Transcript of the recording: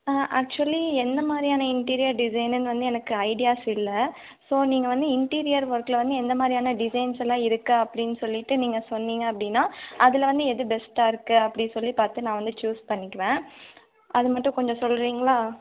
ஆ actually என்ன மாதிரியான interior டிசைனுன்னு வந்து எனக்கு ஐடியாஸ் இல்லை ஸோ நீங்கள் வந்து இன்டீரியர் ஒர்க்கில் வந்து எந்த மாதிரியான டிசைன்ஸ்ஸெல்லாம் இருக்குது அப்படின் சொல்லிட்டு நீங்கள் சொன்னீங்க அப்படினா அதிலருந்து எது பெஸ்ட்டாக இருக்குது அப்படின் சொல்லி பார்த்து நான் சூஸ் பண்ணிக்குவேன் அது மட்டும் கொஞ்சம் சொல்கிறிங்களா